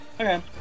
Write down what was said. Okay